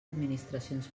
administracions